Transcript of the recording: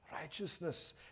righteousness